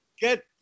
get